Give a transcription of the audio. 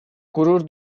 gurur